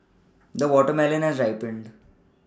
the watermelon has ripened